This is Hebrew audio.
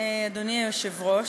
אדוני היושב-ראש.